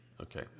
Okay